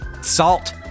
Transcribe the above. Salt